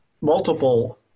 multiple